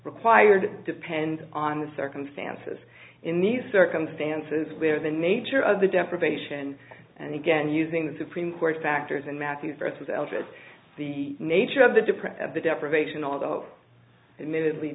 required depends on the circumstances in these circumstances where the nature of the deprivation and again using the supreme court factors and matthew firth as elvis the nature of the difference of the deprivation although admittedly